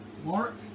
Mark